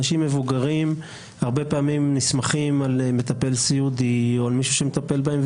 אנשים מבוגרים הרבה פעמים נסמכים על מטפל סיעודי או על מישהו שמטפל בהם,